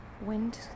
wind